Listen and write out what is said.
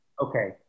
Okay